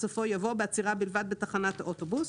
בסופו יבוא "בעצירה בלבד בתחנת אוטובוס".